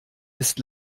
ist